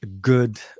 good